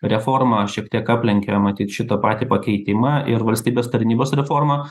reforma šiek tiek aplenkė matyt šitą patį pakeitimą ir valstybės tarnybos reforma